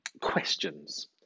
questions